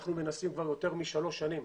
אנחנו מנסים כבר יותר משלוש שנים